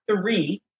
three